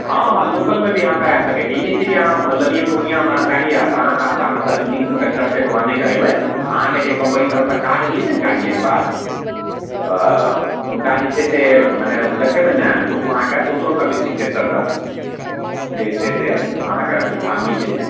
हँ हँ लोकलमे भी अहाँ करा सकय छी ई नहि छै कि अहाँ लेलियै पूर्णियामे गाड़ी आओर तऽ अहाँ सहरसामे सर्विसिंग सेन्टर छै तऽ वहाँ नहि करेबय अहाँके जे कम्पनी तरफसँ कार्ड मिलय छै ने गाड़ी लैके बाद तऽ हुनका जे छै से मने उ देखेबय ने तऽ उ अहाँके दोसरो सर्विसिंग सेन्टर तक जे छै से अहाँके सुविधा मिल जेतय